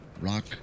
rock